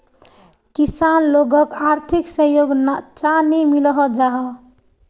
किसान लोगोक आर्थिक सहयोग चाँ नी मिलोहो जाहा?